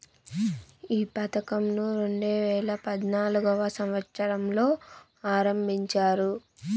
ఈ పథకంను రెండేవేల పద్నాలుగవ సంవచ్చరంలో ఆరంభించారు